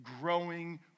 growing